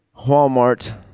Walmart